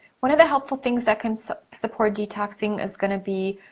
one of the helpful things that can support detoxing is gonna be